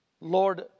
Lord